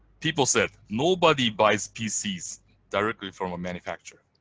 people said nobody buys pcs directly from a manufacturer.